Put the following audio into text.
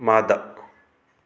ꯃꯥꯗ